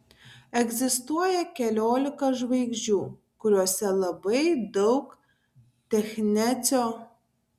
egzistuoja keliolika žvaigždžių kuriose labai daug technecio